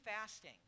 fasting